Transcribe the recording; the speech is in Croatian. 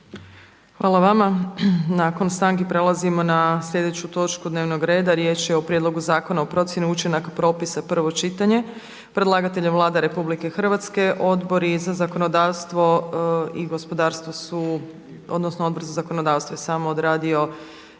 (SDP)** Nakon stanki prelazimo na sljedeću točku dnevnog reda. Riječ je o: - Prijedlog zakona o procjeni učinaka propisa, prvo čitanje, P.Z. broj 109. Predlagatelj je Vlada RH. Odbori za zakonodavstvo i gospodarstvo su odnosno Odbor za zakonodavstvo je samo odradio